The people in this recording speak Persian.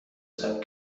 ثبت